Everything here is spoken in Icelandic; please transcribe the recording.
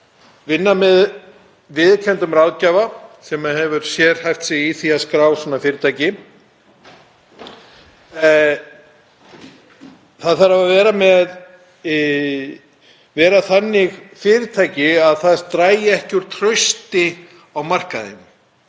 vinna með viðurkenndum ráðgjafa sem hefur sérhæft sig í því að skrá fyrirtæki. Það þarf að vera þannig fyrirtæki að það dragi ekki úr trausti á markaðnum.